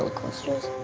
ah coasters.